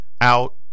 out